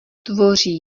tvoří